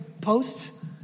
posts